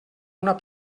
una